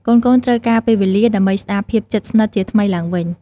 កូនៗត្រូវការពេលវេលា ដើម្បីស្ដារភាពជិតស្និទ្ធជាថ្មីឡើងវិញ។